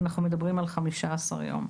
אנחנו מדברים על 15 יום.